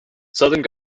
southern